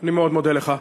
אני מאוד מודה לך.